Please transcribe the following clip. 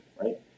Right